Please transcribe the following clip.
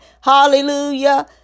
Hallelujah